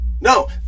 no